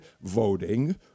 voting